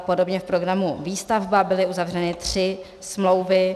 Podobně v programu Výstavba byly uzavřeny tři smlouvy.